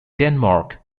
denmark